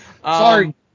Sorry